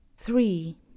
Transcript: Three